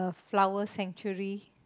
flowers century